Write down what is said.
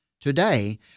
Today